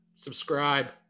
Subscribe